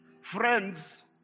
friends